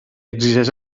exigeix